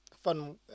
fun